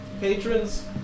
patrons